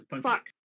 Fuck